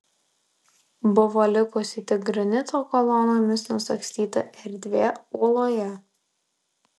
buvo likusi tik granito kolonomis nusagstyta erdvė uoloje